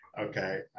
okay